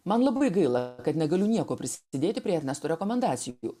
man labai gaila kad negaliu niekuo prisidėti prie ernesto rekomendacijų